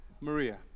Maria